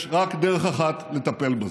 יש רק דרך אחת לטפל בזה,